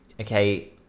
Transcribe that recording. Okay